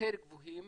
יותר גבוהים